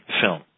film